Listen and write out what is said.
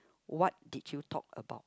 what did you talk about